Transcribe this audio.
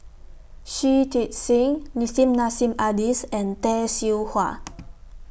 Shui Tit Sing Nissim Nassim Adis and Tay Seow Huah